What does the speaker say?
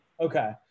okay